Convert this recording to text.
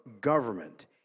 government